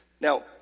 Now